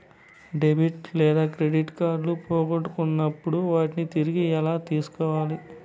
debit లేదా credit కార్డులు పోగొట్టుకున్నప్పుడు వాటిని తిరిగి ఎలా తీసుకోవాలి